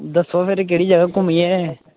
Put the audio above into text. दस्सो फिर केह्ड़ी जगह घूमिये